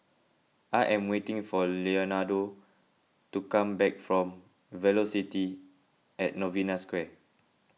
I am waiting for Leonardo to come back from Velocity at Novena Square